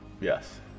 Yes